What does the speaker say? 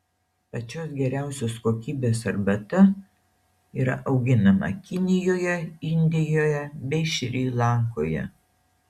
pačios geriausios kokybės arbata yra auginama kinijoje indijoje bei šri lankoje